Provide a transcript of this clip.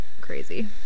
crazy